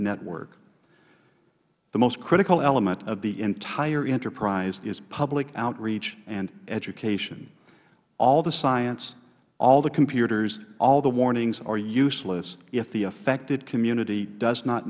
network the most critical element of the entire enterprise is public outreach and education al the science all the computers all the warnings are useless if the affected community does not